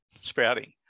sprouting